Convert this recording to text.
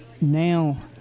now